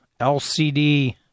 LCD